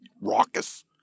raucous